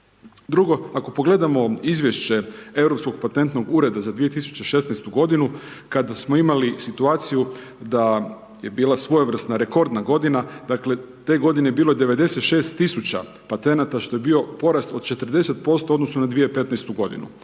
Drugo, ako pogledamo izvješće Europskog patentnog ureda za 2016. godinu kada smo imali situaciju da je bila svojevrsna rekordna godina dakle te godine je bilo 96000 patenata što je bio porast od 40% u odnosu na 2015. godinu.